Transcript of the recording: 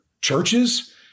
churches